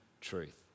truth